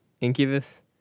incubus